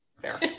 fair